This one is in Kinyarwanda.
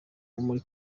muri